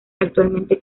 actualmente